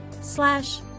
slash